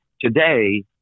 Today